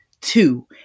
two